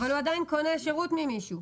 אבל הוא עדיין קונה שירות ממישהו.